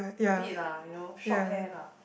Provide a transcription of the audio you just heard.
a bit lah you know short hair lah